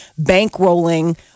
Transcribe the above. bankrolling